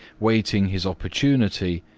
waiting his opportunity,